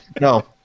No